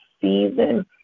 season